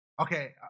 Okay